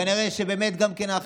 כנראה שבאמת גם כן האחרים.